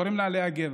קוראים לה לאה גבע,